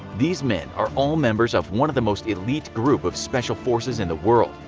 these men are all members of one of the most elite group of special forces in the world,